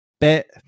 bit